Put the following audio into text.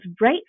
right